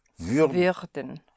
Würden